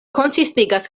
konsistigas